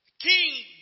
King